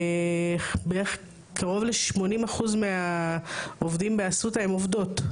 קרוב ל-80% מהעובדים באסותא הן עובדות.